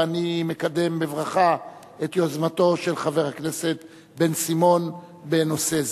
ואני מקדם בברכה את יוזמתו של חבר הכנסת בן-סימון בנושא זה.